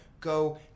go